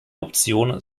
option